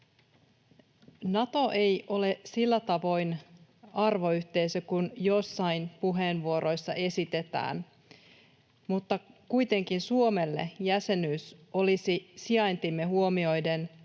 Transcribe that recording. Nato ei ole sillä tavoin arvoyhteisö kuin jossain puheenvuoroissa esitetään, mutta kuitenkin Suomelle jäsenyys olisi sijaintimme huomioiden luonteva